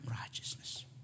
Righteousness